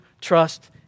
trust